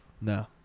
No